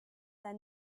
their